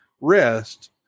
rest